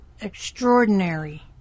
extraordinary